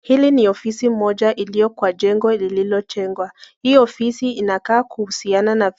Hili ni ofisi moja iliyo kwa jengo lililojengwa .Hii ofisi inakaa kuhusiana na